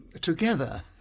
together